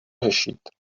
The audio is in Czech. řešit